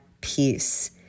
peace